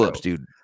dude